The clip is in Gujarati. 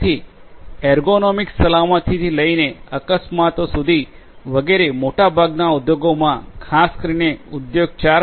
તેથી એર્ગોનોમિક્સ સલામતીથી લઈને અકસ્માતો સુધી વગેરે મોટાભાગના ઉદ્યોગોમાં ખાસ કરીને ઉદ્યોગ 4